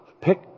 Pick